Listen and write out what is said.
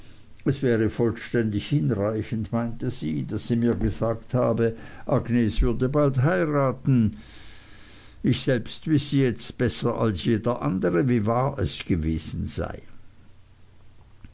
es wäre vollständig hinreichend meinte sie daß sie mir gesagt habe agnes würde bald heiraten ich selbst wisse jetzt besser als jeder andere wie wahr es gewesen sei